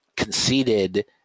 conceded